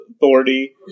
authority